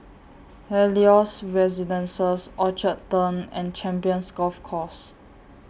Helios Residences Orchard Turn and Champions Golf Course